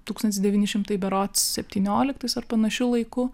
tūkstantis devyni šimtai berods septynioliktais ar panašiu laiku